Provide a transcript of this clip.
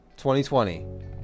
2020